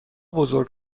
بزرگ